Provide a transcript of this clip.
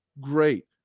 Great